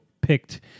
picked